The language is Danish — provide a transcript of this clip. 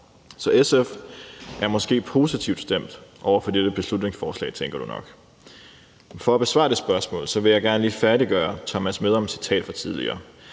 SF måske positivt stemt over for dette beslutningsforslag. For at besvare det spørgsmål vil jeg gerne lige færdiggøre Thomas Medoms citat fra tidligere.